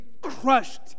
crushed